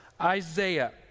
Isaiah